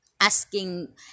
asking